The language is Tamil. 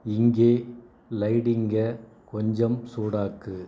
இங்கே லைடிங்கை கொஞ்சம் சூடாக்கு